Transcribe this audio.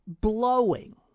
blowing